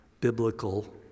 biblical